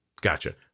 Gotcha